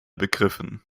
begriffen